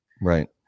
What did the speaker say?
Right